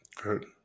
Good